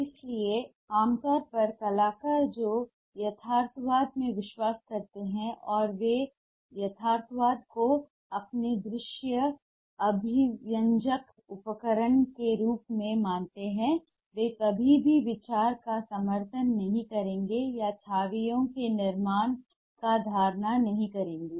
इसलिए आमतौर पर कलाकार जो यथार्थवाद में विश्वास करते हैं और वे यथार्थवाद को अपने दृश्य अभिव्यंजक उपकरण के रूप में मानते हैं वे कभी भी विचार का समर्थन नहीं करेंगे या छवियों के निर्माण की धारणा नहीं करेंगे